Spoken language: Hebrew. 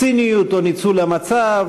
בציניות או בניצול המצב: